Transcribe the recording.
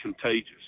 contagious